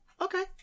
okay